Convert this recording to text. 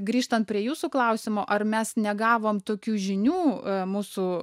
grįžtant prie jūsų klausimo ar mes negavom tokių žinių mūsų